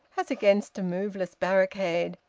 as against a moveless barricade,